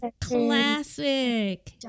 classic